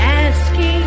asking